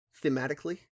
thematically